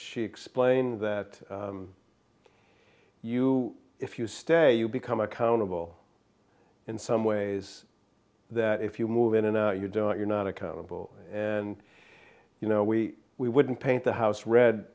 she explained that you if you stay you become accountable in some ways that if you move in and you don't you're not accountable and you know we we wouldn't paint the house re